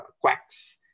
quacks